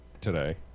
today